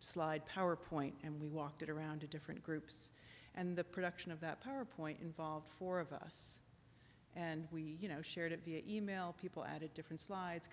slide power point and we walked it around to different groups and the production of that power point involved four of us and we you know shared it via e mail people at a different slides